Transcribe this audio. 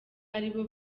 aribo